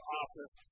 office